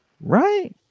Right